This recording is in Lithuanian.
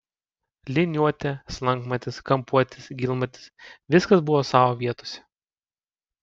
liniuotė slankmatis kampuotis gylmatis viskas buvo savo vietose